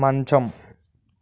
మంచం